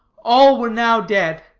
all were now dead.